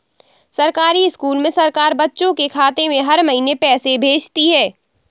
सरकारी स्कूल में सरकार बच्चों के खाते में हर महीने पैसे भेजती है